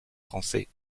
français